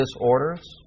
disorders